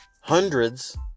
hundreds